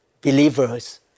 believers